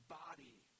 body